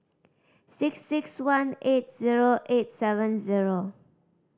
six six one eight zero eight seven zero